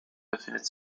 befindet